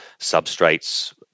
substrates